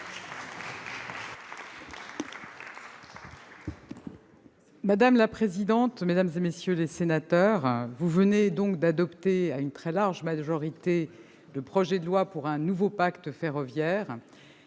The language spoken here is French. Mme la ministre. Mesdames, messieurs les sénateurs, vous venez donc d'adopter à une très large majorité le projet de loi pour un nouveau pacte ferroviaire.